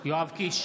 יואב קיש,